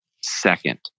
second